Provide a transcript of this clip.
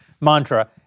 mantra